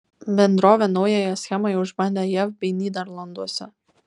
bendrovė naująją schema jau išbandė jav bei nyderlanduose